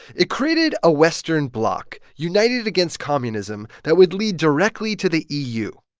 it created a western bloc, united against communism, that would lead directly to the eu